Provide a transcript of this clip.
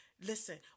listen